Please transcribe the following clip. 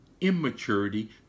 immaturity